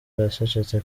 aracecetse